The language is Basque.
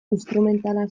instrumentala